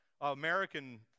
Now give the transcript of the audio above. American